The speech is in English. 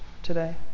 today